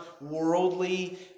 worldly